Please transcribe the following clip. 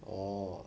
orh